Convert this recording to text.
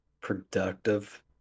Productive